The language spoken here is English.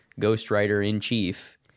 ghostwriter-in-chief